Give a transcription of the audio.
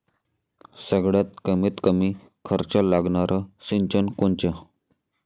सगळ्यात कमीत कमी खर्च लागनारं सिंचन कोनचं?